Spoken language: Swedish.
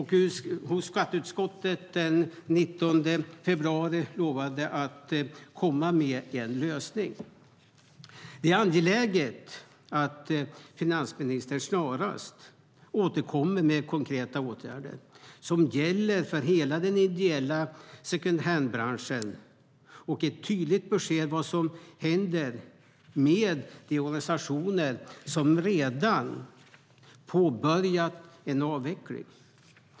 Hos skatteutskottet den 19 februari lovade hon att komma med en lösning. Det är angeläget att finansministern snarast återkommer med konkreta åtgärder som gäller hela den ideella second hand-branschen och ett tydligt besked om vad som händer med de organisationer som redan har påbörjat en avveckling.